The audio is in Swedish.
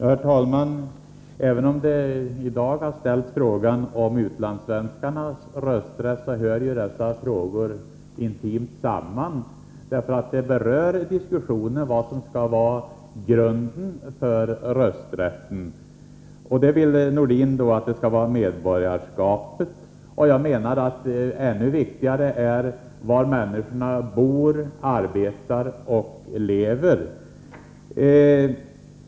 Herr talman! Även om utlandssvenskarnas rösträtt inte direkt har ifrågasatts i dag, hör ändå dessa frågor intimt samman. Det gäller ju just vad som skall vara grunden för rösträtten. Sven-Erik Nordin vill att det skall vara medborgarskapet. Jag menar att ännu viktigare är var människorna arbetar och lever.